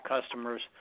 customers